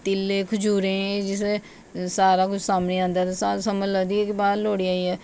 तिलें खजूरें जिसलै सारा कुछ सामनै आंदा सानूं लगदा की बाह्र लोह्ड़ी आई ऐ